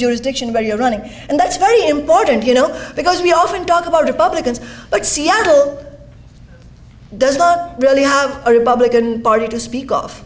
jurisdiction where you're running and that's very important you know because we often talk about republicans like seattle does not really have a republican party to speak of